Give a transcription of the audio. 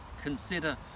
consider